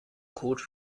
code